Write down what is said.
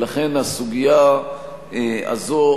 ולכן הסוגיה הזו,